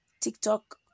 TikTok